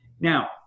now